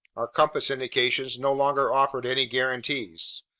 our compass indications no longer offered any guarantees.